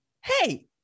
hey